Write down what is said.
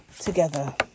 together